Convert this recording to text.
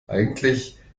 eigentlich